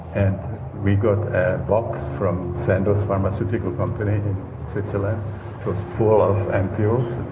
and we got a box from sandoz pharmaceutical company switzerland full of ampules.